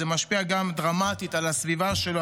זה משפיע דרמטית גם על הסביבה שלו,